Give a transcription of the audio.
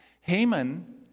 Haman